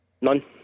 None